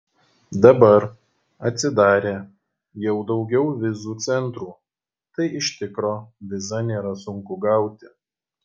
dabar atsidarė jau daugiau vizų centrų tai iš tikro vizą nėra sunku gauti